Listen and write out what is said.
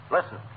Listen